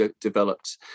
developed